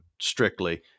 strictly